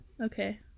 Okay